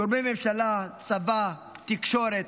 גורמי ממשלה, צבא, תקשורת,